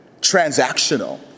Transactional